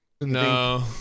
No